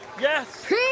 Yes